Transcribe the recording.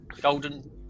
Golden